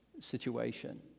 situation